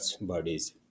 bodies